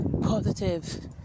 positive